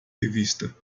revista